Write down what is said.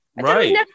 Right